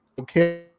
okay